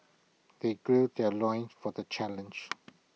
they gird their loins for the challenge